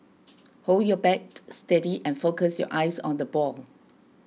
hold your bat steady and focus your eyes on the ball